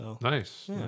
Nice